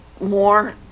more